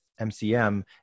MCM